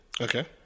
Okay